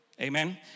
Amen